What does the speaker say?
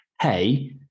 Hey